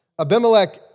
Abimelech